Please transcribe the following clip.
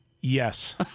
Yes